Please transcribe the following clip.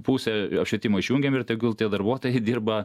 pusę apšvietimo išjungiam ir tegul tie darbuotojai dirba